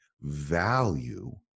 value